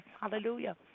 hallelujah